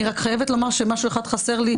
אני חייבת לומר שמשהו אחד חסר לי.